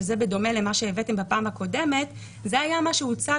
שזה בדומה למה הבאתם בפעם הקודמת זה היה מה שהוצג